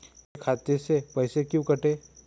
मेरे खाते से पैसे क्यों कटे?